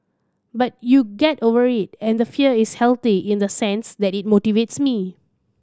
but you get over it and the fear is healthy in the sense that it motivates me